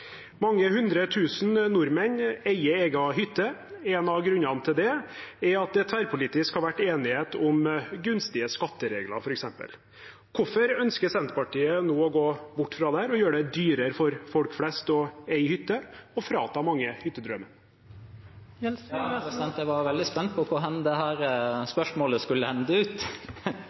Mange hundre tusen nordmenn eier egen hytte. En av grunnene til det er at det tverrpolitisk har vært enighet om gunstige skatteregler, f.eks. Hvorfor ønsker Senterpartiet nå å gå bort fra dette og gjøre det dyrere for folk flest å eie hytte og frata mange hyttedrømmen? Jeg var veldig spent på hvor dette spørsmålet skulle